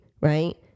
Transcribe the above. right